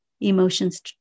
emotions